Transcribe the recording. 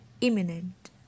imminent